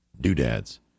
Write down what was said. Doodads